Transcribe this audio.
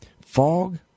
fog